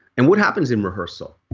and what happens in rehearsal?